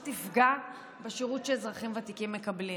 תפגע בשירות שאזרחים ותיקים מקבלים.